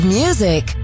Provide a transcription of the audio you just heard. music